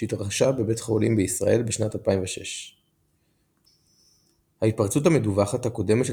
שהתרחשה בבתי חולים בישראל בשנת 2006. ההתפרצות המדווחת הקודמת של